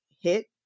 hit